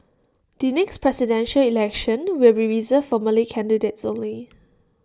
the next Presidential Election will be reserved for Malay candidates only